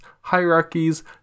hierarchies